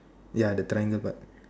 ya the triangle part